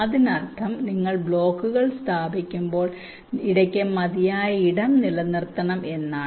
ഇതിനർത്ഥം നിങ്ങൾ ബ്ലോക്കുകൾ സ്ഥാപിക്കുമ്പോൾ ഇടയ്ക്ക് മതിയായ ഇടം നിലനിർത്തണം എന്നാണ്